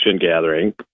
gathering